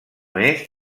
més